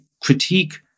critique